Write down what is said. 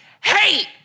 hate